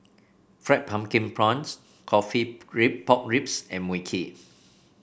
Fried Pumpkin Prawns coffee rib Pork Ribs and Mui Kee